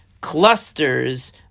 clusters